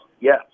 yes